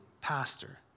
pastor